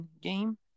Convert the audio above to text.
game